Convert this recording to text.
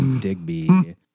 digby